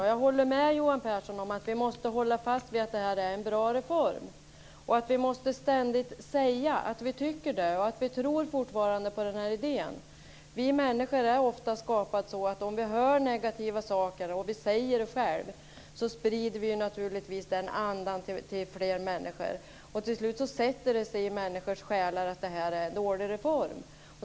Och jag håller med Johan Pehrson om att vi måste hålla fast vid att detta är en bra reform och att vi ständigt måste säga att vi tycker det och att vi fortfarande tror på den här idén. Vi människor är ofta skapade så att om vi hör negativa saker och säger det själv, så sprider vi naturligtvis den andan till flera människor. Och till slut sätter det sig så att säga i människor själar att detta är en dålig reform.